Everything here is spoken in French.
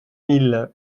mille